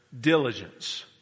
diligence